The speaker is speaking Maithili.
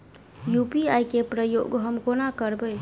यु.पी.आई केँ प्रयोग हम कोना करबे?